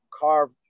carve